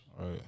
Right